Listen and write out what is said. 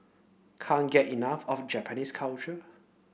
can't get enough of Japanese culture